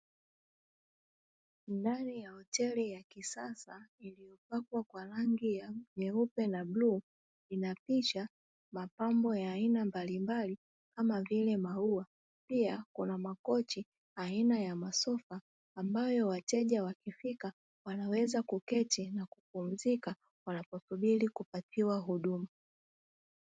Ndani ya hoteli ya kisasa iliyopakwa kwa rangi ya nyeupe na bluu, ina picha, mapambo ya aina mbalimbali kama vile maua pia kuna makochi aina ya masofa, ambayo wateja wakifika wanaweza kuketi na kupumzika wanaposubiri kupatiwa huduma.